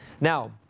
Now